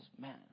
man